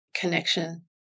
connection